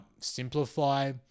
simplify